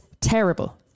terrible